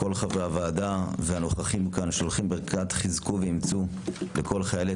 כל חברי הוועדה והנוכחים כאן שולחים ברכת חיזקו ואימצו לכל חיילי